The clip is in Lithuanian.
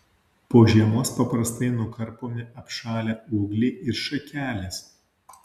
po žiemos paprastai nukarpomi apšalę ūgliai ir šakelės